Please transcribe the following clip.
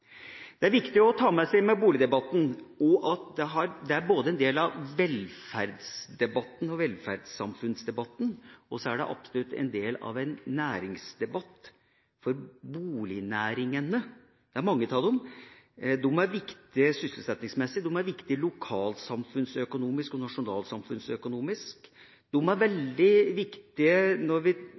er også viktig å ta med seg at boligdebatten er en del av velferdsdebatten og velferdssamfunnsdebatten, og så er den absolutt en del av en næringsdebatt, for bolignæringene – det er mange av dem – er viktige sysselsettingsmessig. De er viktige lokalsamfunnsøkonomisk og nasjonalsamfunnsøkonomisk. De er veldig viktige når vi